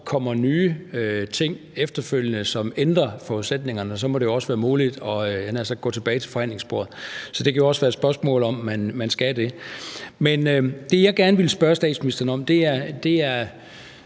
kommer nye ting frem efterfølgende, som ændrer forudsætningerne, må det også være muligt, at – havde jeg nær sagt – gå tilbage til forhandlingsbordet. Så det kan jo også være et spørgsmål om, om man skal det. Men det, jeg gerne vil spørge statsministeren om, er